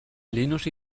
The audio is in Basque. linus